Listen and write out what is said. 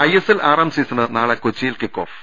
ISL ആറാം season നാളെ കൊച്ചിയിൽ കിക്കോഫ്